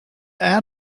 out